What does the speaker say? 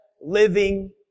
living